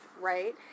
right